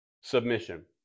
Submission